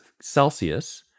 Celsius—